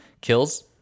kills